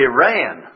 Iran